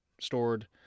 stored